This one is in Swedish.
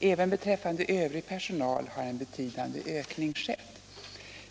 Även beträffande övrig personal har en betydande ökning skett.